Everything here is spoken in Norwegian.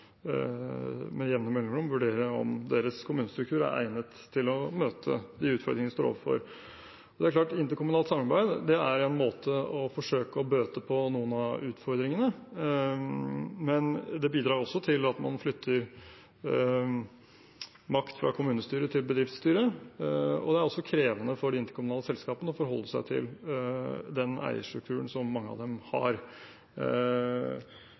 vurdere om kommunestrukturen er egnet til å møte de utfordringene de står overfor. Det er klart at interkommunalt samarbeid er en måte å forsøke å bøte på noen av utfordringene på, men det bidrar også til at man flytter makt fra kommunestyret til bedriftsstyret, og det er krevende for de interkommunale selskapene å forholde seg til den eierstrukturen mange av dem har.